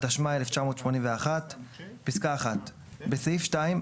התשמ"א-1981 - בסעיף 2,